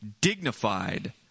dignified